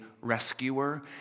rescuer